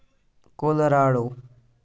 colorado